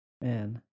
man